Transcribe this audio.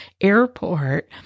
airport